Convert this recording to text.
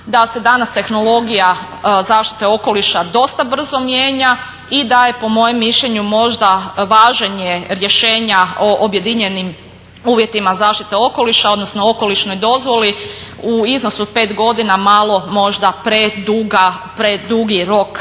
da se danas tehnologija zaštite okoliša dosta brzo mijenja i da je po mojem mišljenju možda važenje rješenja o objedinjenim uvjetima zaštite okoliša, odnosno okolišnoj dozvoli u iznosu 5 godina malo možda predugi rok